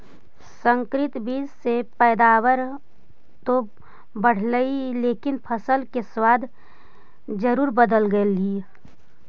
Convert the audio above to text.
संकरित बीज से पैदावार तो बढ़लई लेकिन फसल के स्वाद जरूर बदल गेलइ